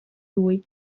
lui